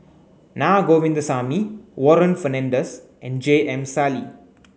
Na Govindasamy Warren Fernandez and J M Sali